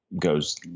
goes